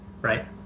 right